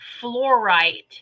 fluorite